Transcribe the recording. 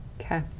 Okay